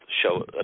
show